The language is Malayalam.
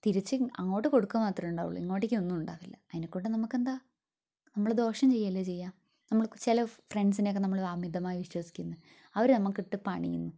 തിരിച്ച് അങ്ങോട്ട് കൊടുക്കുക മാത്രമേ ഉണ്ടാവുളളൂ ഇങ്ങോട്ടേയ്ക്ക് ഒന്നും ഉണ്ടാവില്ല അതിനെക്കൊണ്ട് നമുക്ക് എന്താ നമ്മൾ ദോഷം ചെയ്യുകയല്ലേ ചെയ്യുക നമ്മൾ ചില ഫ്രണ്ട്സിനെ ഒക്കെ നമ്മൾ അമിതമായി വിശ്വസിക്കുന്നു അവർ നമ്മൾക്കിട്ട് പണിയുന്നു